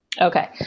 Okay